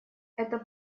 это